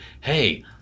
hey